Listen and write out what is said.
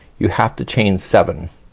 you have to chain seven.